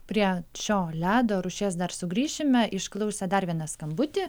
prie šio ledo rūšies dar sugrįšime išklausę dar vieną skambutį